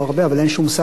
אז מה ערך לדברים?